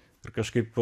ir kažkaip